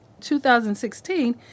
2016